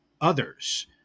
others